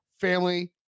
family